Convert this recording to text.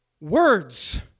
words